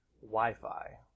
Wi-Fi